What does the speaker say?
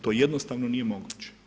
To jednostavno nije moguće.